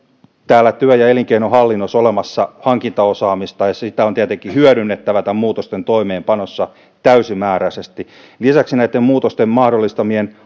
täällä työ ja ja elinkeinohallinnossa olemassa hankintaosaamista ja sitä on tietenkin hyödynnettävä näiden muutosten toimeenpanossa täysimääräisesti lisäksi näitten muutosten mahdollistamien